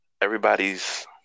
Everybody's